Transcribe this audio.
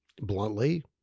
bluntly